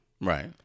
Right